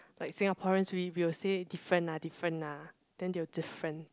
like Singaporean we will say different ah different ah then they will different